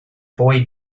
boy